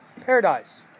Paradise